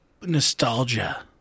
nostalgia